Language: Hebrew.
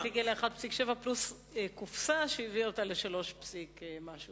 הממשלה הקודמת הגיעה ל-1.7% פלוס קופסה שהביאה אותו ל-3% פסיק משהו.